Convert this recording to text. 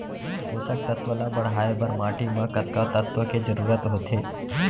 पोसक तत्व ला बढ़ाये बर माटी म कतका तत्व के जरूरत होथे?